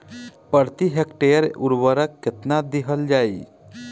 प्रति हेक्टेयर उर्वरक केतना दिहल जाई?